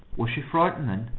was she frightened then?